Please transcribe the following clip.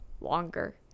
longer